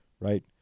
right